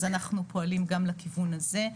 אז אנחנו פועלים גם לכיוון הזה.